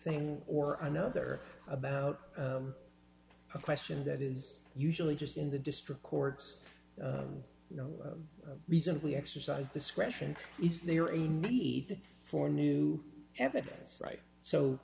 thing or another about a question that is usually just in the district courts you know reasonably exercise discretion is there a need for new evidence right so